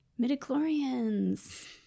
Midichlorians